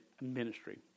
ministry